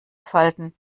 falten